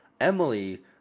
Emily